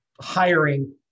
hiring